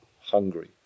hungry